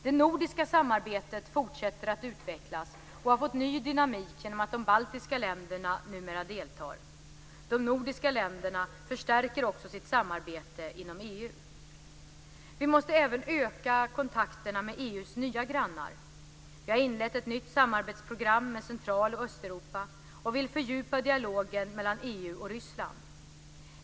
Det nordiska samarbetet fortsätter att utvecklas och har fått ny dynamik genom att de baltiska länderna numera deltar. De nordiska länderna förstärker också sitt samarbete inom EU. Vi måste även öka kontakterna med EU:s nya grannar. Vi har inlett ett nytt samarbetsprogram med Central och Östeuropa och vill fördjupa dialogen mellan EU och Ryssland.